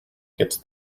gets